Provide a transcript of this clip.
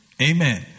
Amen